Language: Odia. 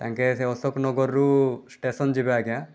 ତାଙ୍କେ ସେ ଅଶୋକନଗରରୁ ଷ୍ଟେସନ୍ ଯିବେ ଆଜ୍ଞା